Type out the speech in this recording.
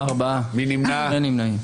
מי נמנע?